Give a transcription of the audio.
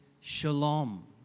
shalom